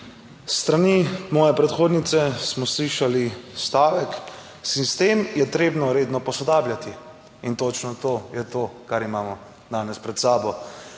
S strani moje predhodnice smo slišali stavek: "Sistem je treba redno posodabljati." - in točno to je to kar imamo danes pred sabo.